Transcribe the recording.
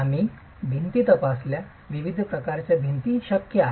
आम्ही भिंती तपासल्या विविध प्रकारच्या भिंती शक्य आहेत